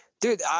Dude